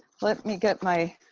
let me get my